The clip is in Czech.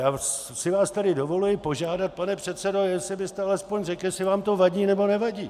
Já si vás tady dovoluji požádat, pane předsedo, jestli byste alespoň řekl, jestli vám to vadí, nebo nevadí.